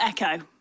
Echo